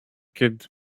kid